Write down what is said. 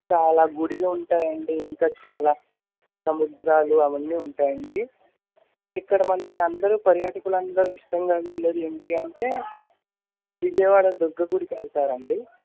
చాలా గుడులు ఉంటాయండి ఇంకా చాలా సముద్రాలు అవన్నీ ఉంటాయండి ఇక్కడ మనకి అందరూ పర్యాటకులందరు ఇష్టంగా వీళ్ళని ఏం చేయాలంటే విజయవాడ దుర్గ గుడికి వెళ్తారు అండి